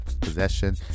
Possession